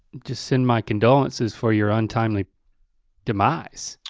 just send my condolences for your untimely demise.